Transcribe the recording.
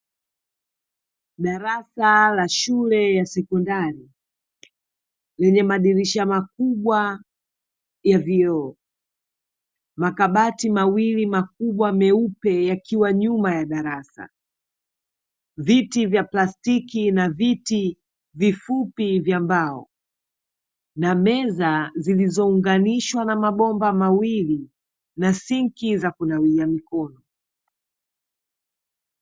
Darasa la shule ya sekondari lenye madirisha makubwa ya vioo, makabati makubwa mawili myeupe yakiwa nyuma ya darasa, viti vya plastiki na viti vifupi vya mbao na meza zilizounganishwa na mabomba mawili na sinki za kunawia mikono.